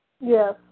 Yes